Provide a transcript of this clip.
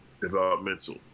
developmental